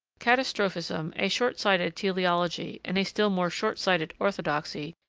catastrophism, a short-sighted teleology, and a still more short-sighted orthodoxy,